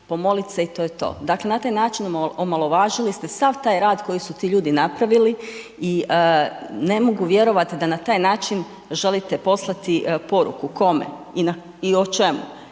pomolit se i to je to. Dakle, na taj način omalovažili ste sav taj rad koji su ti ljudi napravili i ne mogu vjerovat da na taj način želite poslati poruku. Kome i o čemu?